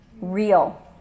real